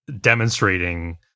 demonstrating